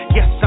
Yes